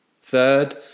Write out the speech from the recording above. third